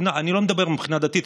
אני לא מדבר מבחינה דתית,